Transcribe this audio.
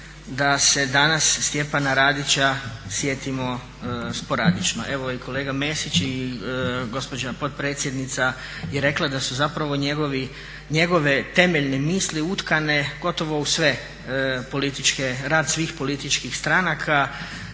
da se danas Stjepana Radića sjetimo sporadično. Evo i kolega Mesić i gospođa potpredsjednica je rekla da su njegove temeljne misli utkane gotovo u rad svih političkih stranaka